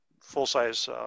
full-size